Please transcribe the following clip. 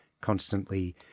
constantly